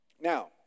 Now